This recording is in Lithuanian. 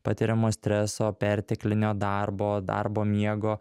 patiriamo streso perteklinio darbo darbo miego